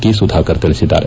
K Sudhakar ತಿಳಿಸಿದ್ದಾರೆ